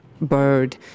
bird